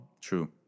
True